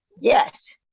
yes